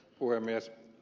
puhemies